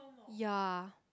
ya